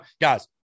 Guys